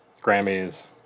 Grammys